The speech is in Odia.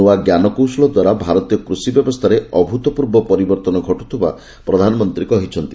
ନୂଆ ଜ୍ଞାନକୌଶଳ ଦ୍ୱାରା ଭାରତୀୟ କୃଷି ବ୍ୟବସ୍ଥାରେ ଅଭୁତପୂର୍ବ ପରିବର୍ତ୍ତନ ଘଟୁଥିବା ପ୍ରଧାନମନ୍ତ୍ରୀ କହିଛନ୍ତି